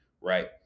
right